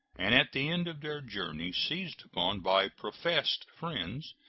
and at the end of their journey seized upon by professed friends,